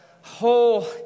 whole